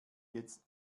jetzt